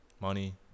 money